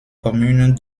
commune